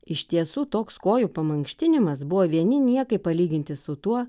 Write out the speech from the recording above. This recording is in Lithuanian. iš tiesų toks kojų pamankštinimas buvo vieni niekai palyginti su tuo